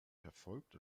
verfolgt